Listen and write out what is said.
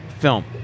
film